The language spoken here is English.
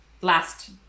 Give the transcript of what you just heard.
Last